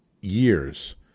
years